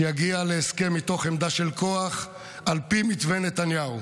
שיגיע להסכם מתוך עמדה של כוח על פי מתווה נתניהו.